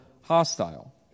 hostile